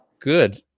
Good